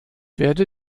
werde